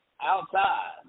outside